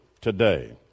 today